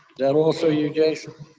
that also you, jason?